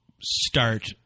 start